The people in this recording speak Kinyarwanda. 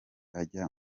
ajya